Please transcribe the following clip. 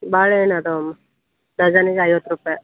ಬಾಳೆ ಹಣ್ ಇದಾವಮ್ಮ ಡಝನ್ನಿಗೆ ಐವತ್ತು ರೂಪಾಯ್